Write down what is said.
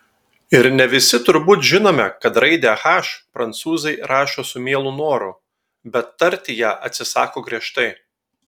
ir ne visi turbūt žinome kad raidę h prancūzai rašo su mielu noru bet tarti ją atsisako griežtai